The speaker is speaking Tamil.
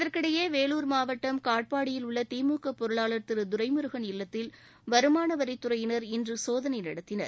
இதற்கிடையே வேலூர் மாவட்டம் காட்பாடியில் உள்ள திமுக பொருளாளர் திரு துரைமுருகன் இல்லத்தில் வருமானவரித்துறையினர் இன்று சோதனை நடத்தினர்